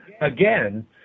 again